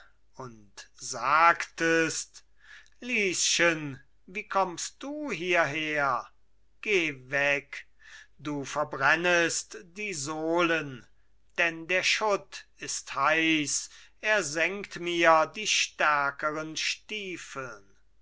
und sagtest lieschen wie kommst du hieher geh weg du verbrennest die sohlen denn der schutt ist heiß er sengt mir die stärkeren stiefeln